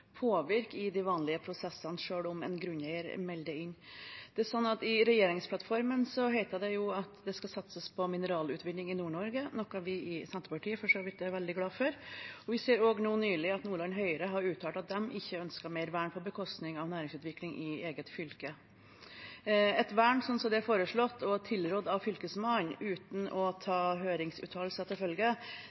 i de vanlige prosessene, selv om en grunneier melder det inn. I regjeringsplattformen heter det jo at det skal satses på mineralutvinning i Nord-Norge, noe vi i Senterpartiet for så vidt er veldig glad for. Vi så også nå nylig at Nordland Høyre uttalte at de ikke ønsker mer vern på bekostning av næringsutvikling i eget fylke. Et vern slik det er foreslått og tilrådd av Fylkesmannen, uten å ta høringsuttalelser til følge,